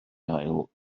gael